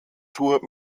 tour